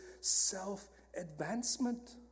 self-advancement